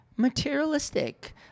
materialistic